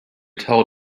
told